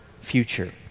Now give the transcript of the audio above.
future